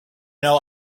know